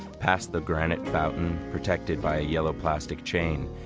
past the granite fountain protected by a yellow plastic chain,